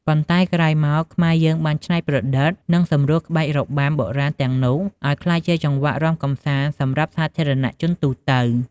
ប៉ុន្តែក្រោយមក ខ្មែរយើងបានច្នៃប្រឌិត និងសម្រួលក្បាច់របាំបុរាណទាំងនោះ ឲ្យក្លាយជាចង្វាក់រាំកម្សាន្តសម្រាប់សាធារណជនទូទៅ។